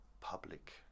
public